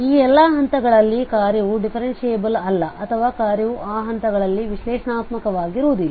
ಈ ಎಲ್ಲಾ ಹಂತಗಳಲ್ಲಿ ಕಾರ್ಯವು ಡಿಫೆರೆಂಶಿಯೇಬಲ್ ಅಲ್ಲ ಅಥವಾ ಕಾರ್ಯವು ಆ ಹಂತಗಳಲ್ಲಿ ವಿಶ್ಲೇಷಣಾತ್ಮಕವಾಗಿರುವುದಿಲ್ಲ